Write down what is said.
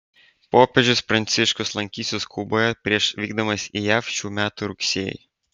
popiežius pranciškus lankysis kuboje prieš vykdamas į jav šių metų rugsėjį